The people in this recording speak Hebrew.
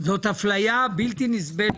זאת אפליה בלתי נסבלת.